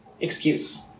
excuse